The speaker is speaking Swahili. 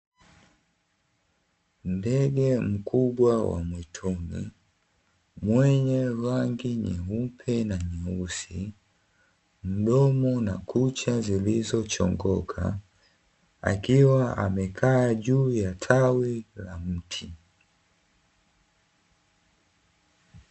Ndege mkubwa wa mwituni mwenye rangi nyeupe na nyeusi, mdomo na kucha zilizo chongoka akiwa amekaa juu ya tawi la mti.